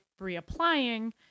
reapplying